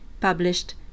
published